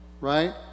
right